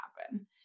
happen